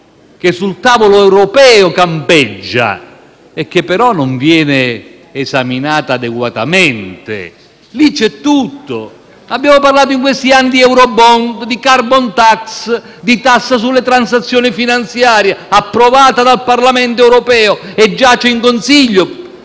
sul tavolo europeo, ma che non viene esaminata adeguatamente. Lì c'è tutto. Abbiamo parlato, in questi anni, di *eurobond*, di *carbon tax*, di tassa sulle transazioni finanziarie, approvata dal Parlamento europeo, che giace in Consiglio.